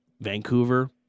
Vancouver